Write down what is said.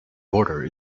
border